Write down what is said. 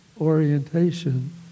orientation